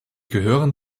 gehören